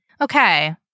Okay